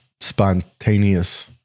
spontaneous